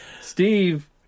Steve